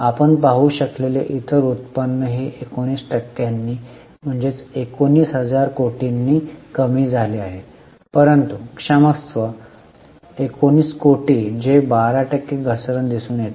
आपण पाहू शकलेले इतर उत्पन्नही 19 टक्क्यांनी 19000 कोटींनी कमी झाले आहे परंतु क्षमस्व 19 कोटी जे 12 टक्के घसरण दिसून येते